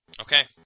Okay